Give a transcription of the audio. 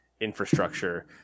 infrastructure